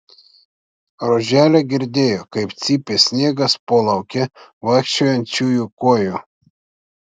roželė girdėjo kaip cypė sniegas po lauke vaikščiojančiųjų kojų